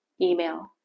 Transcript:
email